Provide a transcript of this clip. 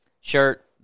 shirt